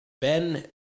Ben